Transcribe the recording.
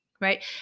right